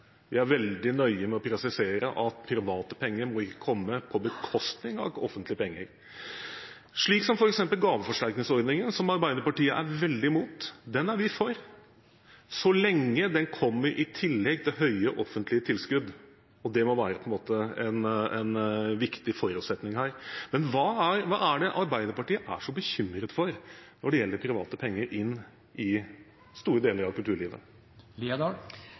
vi er veldig nøye med å presisere at private penger ikke må komme på bekostning av offentlige penger. Gaveforsterkningsordningen, f.eks., som Arbeiderpartiet er veldig imot, er vi for så lenge den kommer i tillegg til høye offentlige tilskudd, og det må på en måte være en viktig forutsetning her. Men hva er det Arbeiderpartiet er så bekymret for når det gjelder private penger inn i store deler av kulturlivet?